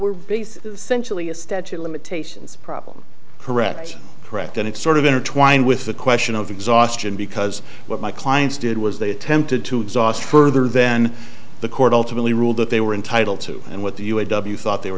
were based sensually a statue of limitations problem correct correct and it's sort of inner twined with the question of exhaustion because what my clients did was they attempted to exhaust further then the court ultimately ruled that they were entitled to and what the u a w thought they were